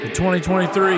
2023